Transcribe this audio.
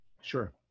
Sure